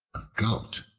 goat,